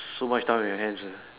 so much time on your hands ah